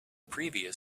previous